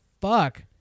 fuck